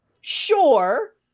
sure